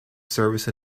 service